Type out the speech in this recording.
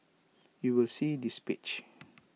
you will see this page